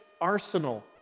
arsenal